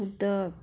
उदक